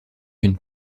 une